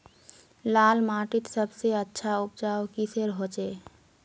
लाल माटित सबसे अच्छा उपजाऊ किसेर होचए?